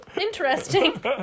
Interesting